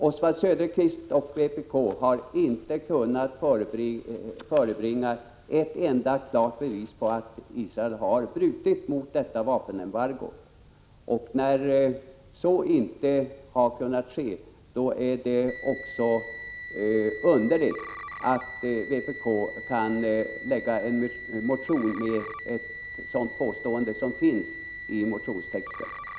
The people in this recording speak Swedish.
Oswald Söderqvist och vpk har inte kunnat förebringa ett enda klart bevis på att Israel har brutit mot detta vapenembargo. Det är därför underligt att vpk kan väcka en motion där ett sådant påstående görs.